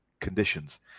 conditions